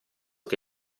che